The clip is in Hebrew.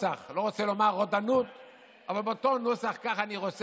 אבל הראשון בתחום הזה,